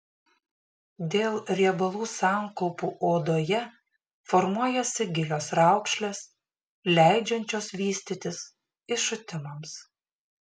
dėl riebalų sankaupų odoje formuojasi gilios raukšlės leidžiančios vystytis iššutimams